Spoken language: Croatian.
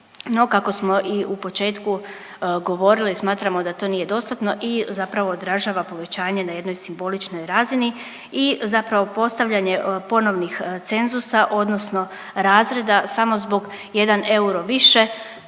kako smo i u početku govorili smatramo da to nije dostatno i zapravo odražava povećanje na jednoj simboličnoj razini i zapravo postavljanje ponovnih cenzusa, odnosno razreda samo zbog jedan euro više.